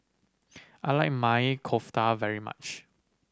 I like Maili Kofta very much